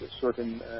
certain